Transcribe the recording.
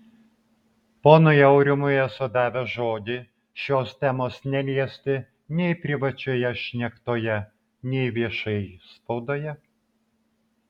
ponui aurimui esu davęs žodį šios temos neliesti nei privačioje šnektoje nei viešai spaudoje